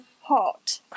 hot